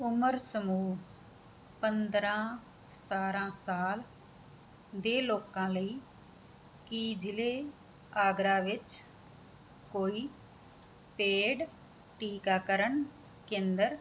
ਉਮਰ ਸਮੂਹ ਪੰਦਰ੍ਹਾਂ ਸਤਾਰ੍ਹਾਂ ਸਾਲ ਦੇ ਲੋਕਾਂ ਲਈ ਕੀ ਜ਼ਿਲ੍ਹੇ ਆਗਰਾ ਵਿੱਚ ਕੋਈ ਪੇਡ ਟੀਕਾਕਰਨ ਕੇਂਦਰ